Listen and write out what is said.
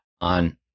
on